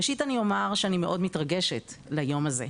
ראשית אני אומר שאני מאוד מתרגשת ליום הזה.